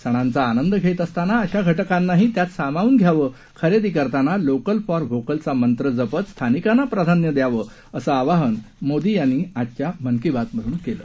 सणांचा आनंद घेत असताना अशा घटकांनाही त्यात सामावून घ्यावं खरेदी करताना लोकल फॉर व्होकलचा मंत्र जपत स्थानिकांना प्राधान्य द्यावं असं आवाहन मोदी यांनी आजच्या मन की बात मधून केलं